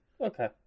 Okay